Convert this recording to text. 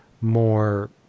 more